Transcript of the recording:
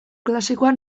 klasikoa